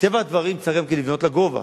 מטבע הדברים צריך גם לבנות לגובה.